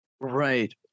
Right